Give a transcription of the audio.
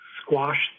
squashed